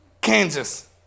Kansas